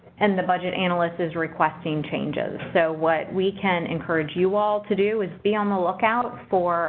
and the budget analyst is requesting changes. so, what we can encourage you all to do is be on the lookout for